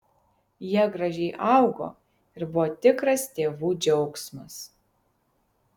jie gražiai augo ir buvo tikras tėvų džiaugsmas